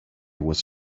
was